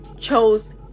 chose